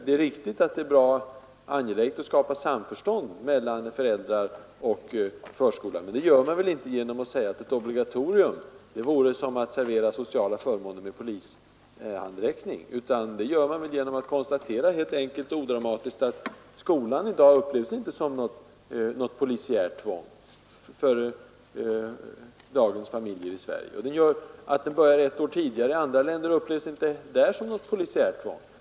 Det är riktigt att det är angeläget att skapa samförstånd mellan föräldrar och förskola, men det gör man inte genom att säga att ett obligatorium vore som att servera sociala förmåner med polishandräckning. Man kan helt enkelt och odramatiskt konstatera att skolan inte upplevs som något polisiärt tvång för dagens familjer i Sverige. Att den börjar ett år tidigare upplevs inte i andra länder som något polisiärt tvång.